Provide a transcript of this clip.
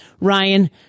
Ryan